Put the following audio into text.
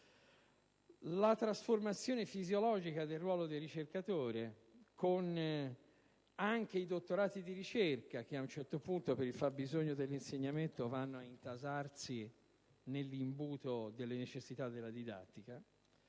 la trasformazione fisiologica del ruolo dei ricercatori anche con i dottorati di ricerca, che ad un certo punto, per il fabbisogno dell'insegnamento, vanno ad intasarsi nell'imbuto della necessità della didattica.